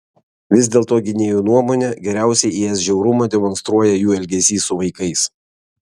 vis dėlto gynėjų nuomone geriausiai is žiaurumą demonstruoja jų elgesys su vaikais